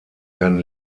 kann